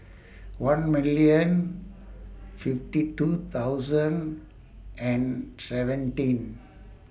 one million fifty two thousand and seventeen